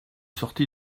sorti